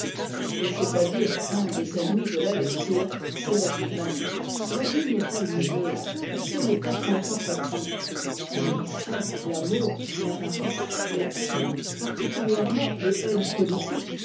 et c'est-à-dire qu'un des ennemis de la lecture c'est la vie même la vie n'est pas liseuse puisqu'elle n'est pas contemplative l'ambition l'amour l'avarice les haines particulièrement les haines